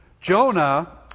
Jonah